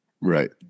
Right